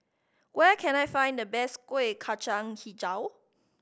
where can I find the best Kuih Kacang Hijau